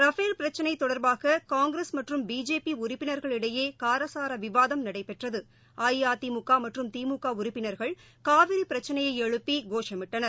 Rafale பிரச்சினை தொடர்பாக கங்கிரஸ் மற்றும் பிஜேபி உறுப்பினர்களிடையே காரசார விவாதம் நடைபெற்றது அஇஅதிமுக மற்றும் திமுக உறுப்பினர்கள் காவிரி பிரச்சினையை எழுப்பி கோஷமிட்டனர்